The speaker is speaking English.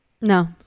No